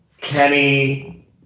Kenny